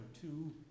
two